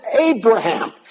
Abraham